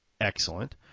Excellent